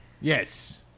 Yes